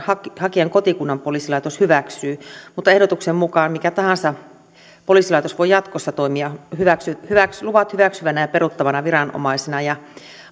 hakijan kotikunnan poliisilaitos sen hyväksyy ehdotuksen mukaan mikä tahansa poliisilaitos voi jatkossa toimia luvat hyväksyvänä ja peruuttavana viranomaisena